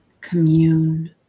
commune